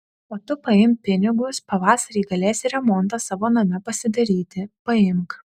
o tu paimk pinigus pavasarį galėsi remontą savo name pasidaryti paimk